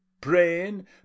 praying